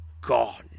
gone